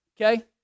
okay